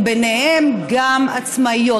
וביניהם גם עצמאיות,